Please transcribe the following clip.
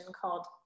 called